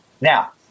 Now